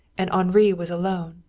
and henri was alone,